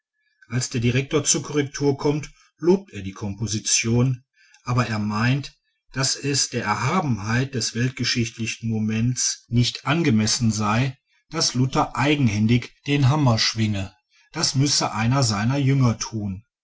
als der direktor zur korrektur kommt lobt er die komposition aber er meint daß es der erhabenheit des weltgeschichtlichen moments nicht angemessen sei daß luther eigenhändig den hammer schwinge das müsse einer seiner jünger tun